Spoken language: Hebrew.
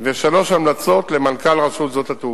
ושלוש המלצות למנכ"ל רש"ת.